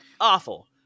awful